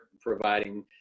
providing